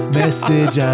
message